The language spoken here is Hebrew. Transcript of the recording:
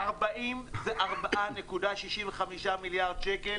44.65 מיליארד שקל.